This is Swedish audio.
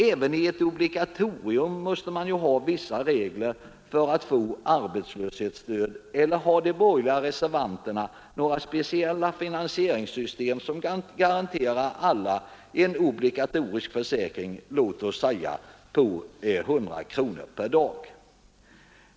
Även i ett obligatorium måste man ju ha vissa regler för beviljande av arbetslöshetsstöd — eller har de borgerliga reservanterna några speciella finansieringssystem som garanterar alla en obligatorisk försäkring på låt oss säga 100 kronor per dag?